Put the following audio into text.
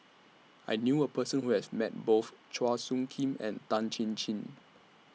I knew A Person Who has Met Both Chua Soo Khim and Tan Chin Chin